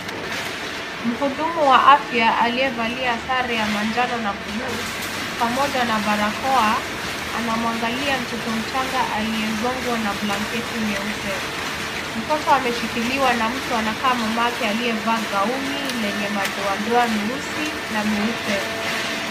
Mhudumu wa afya aliyevalia sare ya manjano na buluu pamoja na barakoa, anamuangalia mtoto mchanga aliyezongwa na blanketi nyeupe. Mtoto anashikiliwa na mtu anayekaa mamake na amevalia gauni lenye madoadoa meusi na meupe.